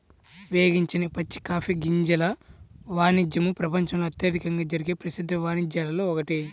వేగించని పచ్చి కాఫీ గింజల వాణిజ్యము ప్రపంచంలో అత్యధికంగా జరిగే ప్రసిద్ధ వాణిజ్యాలలో ఒకటి